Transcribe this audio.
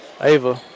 Ava